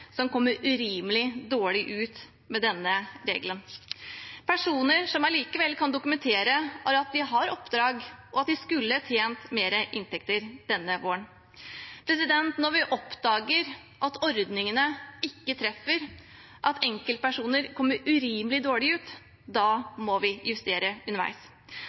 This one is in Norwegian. som kommer urimelig dårlig ut med denne regelen, personer som allikevel kan dokumentere at de har oppdrag, og at de skulle hatt mer i inntekt denne våren. Når vi oppdager at ordningene ikke treffer, at enkeltpersoner kommer urimelig dårlig ut, må vi justere underveis.